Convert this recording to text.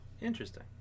Interesting